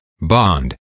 bond